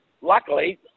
luckily